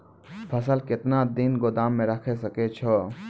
फसल केतना दिन गोदाम मे राखै सकै छौ?